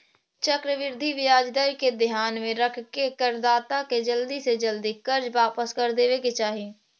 चक्रवृद्धि ब्याज दर के ध्यान में रखके करदाता के जल्दी से जल्दी कर्ज वापस कर देवे के चाही